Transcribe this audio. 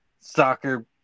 soccer